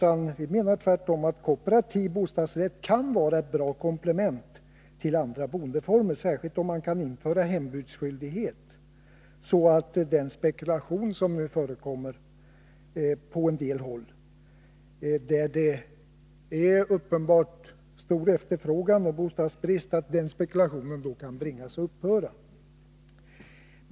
Vi menar tvärtom att kooperativ bostadsrätt kan vara ett bra komplement till andra boendeformer, särskilt om man kan införa hembudsskyldighet, så att den spekulation som nu förekommer på en del håll där det uppenbarligen är stor efterfrågan och bostadsbrist kan bringas att upphöra.